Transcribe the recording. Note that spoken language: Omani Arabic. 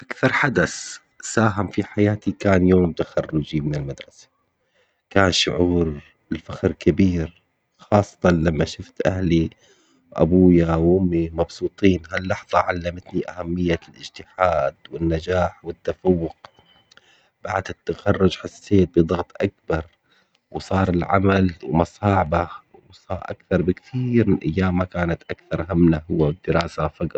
أكثر حدث ساهم في حياتي كان يوم تخرجي من المدرسة، كان شعور الفخر كبير خاصةً لما شوفت أهلي أبوية وأمي مبسوطين، هاللحظة علمتني أهمية الاجتهاد والنجاح والتفوق بعد التخرج حسيت بضغط أكبر وصار العمل وص- ومصاعبه أكثر بكثير من أيام أكثرهمنا هو الدراسة فقط.